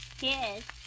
Yes